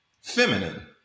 feminine